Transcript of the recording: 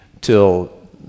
till